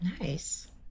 Nice